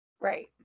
Right